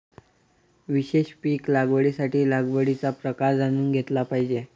विशेष पीक लागवडीसाठी लागवडीचा प्रकार जाणून घेतला पाहिजे